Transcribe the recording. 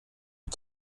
mit